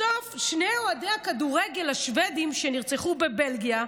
בסוף שני אוהדי הכדורגל השבדים שנרצחו בבלגיה,